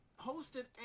hosted